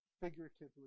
figuratively